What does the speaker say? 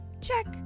Check